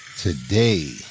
Today